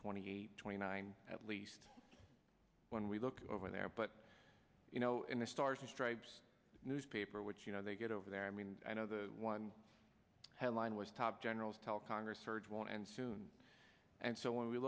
twenty eight twenty nine at least when we look over there but you know in the stars and stripes newspaper which you know they get over there i mean i know the one headline was top generals tell congress surge won't end soon and so when we